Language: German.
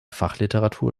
fachliteratur